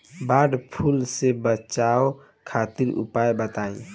वड फ्लू से बचाव खातिर उपाय बताई?